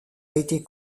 été